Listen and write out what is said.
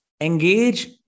engage